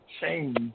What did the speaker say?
change